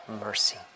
mercy